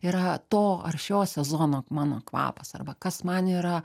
yra to ar šio sezono mano kvapas arba kas man yra